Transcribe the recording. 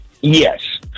Yes